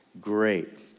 great